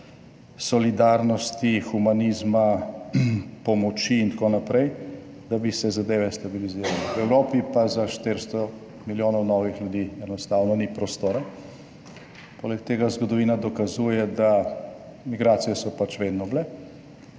solidarnosti, humanizma, pomoči in tako naprej, da bi se zadeve stabilizirali. V Evropi pa za 400 milijonov novih ljudi enostavno ni prostora. Poleg tega zgodovina dokazuje, da migracije so pač vedno bile.